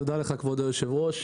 תודה לך, כבוד היושב-ראש.